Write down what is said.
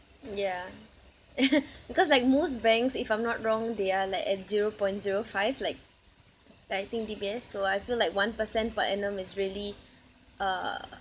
ya because like most banks if I'm not wrong they are like at zero point zero five like like I think D_B_S so I feel like one percent per annum is really uh